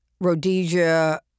Rhodesia